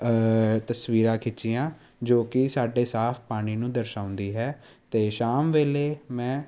ਤਸਵੀਰਾਂ ਖਿੱਚੀਆਂ ਜੋ ਕਿ ਸਾਡੇ ਸਾਫ਼ ਪਾਣੀ ਨੂੰ ਦਰਸਾਉਂਦੀ ਹੈ ਅਤੇ ਸ਼ਾਮ ਵੇਲੇ ਮੈਂ